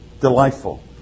delightful